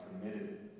committed